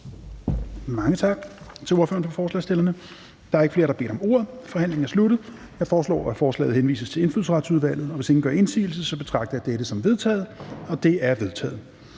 Mange tak til ordføreren for forslagsstillerne. Der er ikke flere, der har bedt om ordet. Forhandlingen er sluttet. Jeg foreslår, at forslaget til folketingsbeslutning henvises til Indfødsretsudvalget, og hvis ingen gør indsigelse, betragter jeg dette som vedtaget. Det er vedtaget.